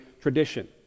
tradition